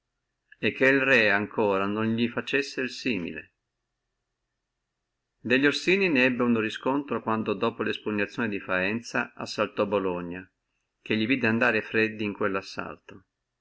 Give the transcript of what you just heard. e che il re ancora non li facessi el simile delli orsini ne ebbe uno riscontro quando dopo la espugnazione di faenza assaltò bologna ché li vidde andare freddi in quello assalto